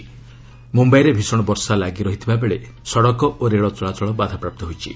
ମ୍ବର୍ମାଇରେ ଭିଷଣ ବର୍ଷା ଲାଗିରାହି ଥିବାବେଳେ ସଡ଼କ ଓ ରେଳ ଚଳାଚଳ ବାଧାପ୍ରାପ୍ତ ହୋଇଛି